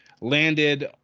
landed